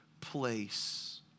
place